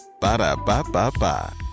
ba-da-ba-ba-ba